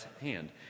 hand